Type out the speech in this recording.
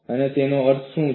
અને તેનો અર્થ શું છે